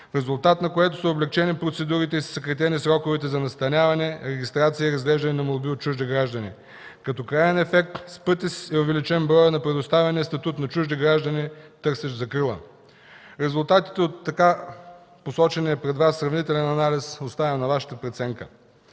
резултат на които са облекчени процедурите и са съкратени сроковете за настаняване, регистрация и разглеждане на молби от чужди граждани. Като краен ефект с пъти е увеличен броят на предоставения статут на чужди граждани, търсещи закрила. Резултатите от така посочения пред Вас сравнителен анализ оставям на Вашата преценка.